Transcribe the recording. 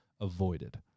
avoided